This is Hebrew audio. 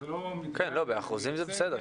זה לא מדגם מייצג אולי -- באחוזים זה בסדר,